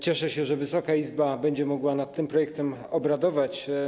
Cieszę się, że Wysoka Izba będzie mogła nad tym projektem obradować.